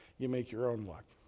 you make your own luck,